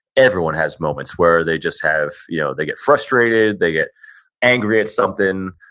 everyone has moments where they just have, you know they get frustrated, they get angry at something,